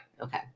Okay